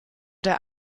der